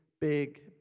big